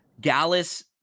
Gallus